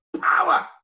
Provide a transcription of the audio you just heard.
power